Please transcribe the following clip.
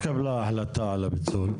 מתי התקבלה החלטה על הפיצול?